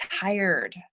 tired